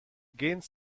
gained